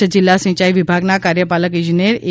કચ્છ જિલ્લા સિંચાઈ વિભાગના કાર્યપાલક ઈજનેર એ